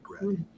regret